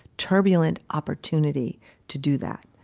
turbulent opportunity to do that.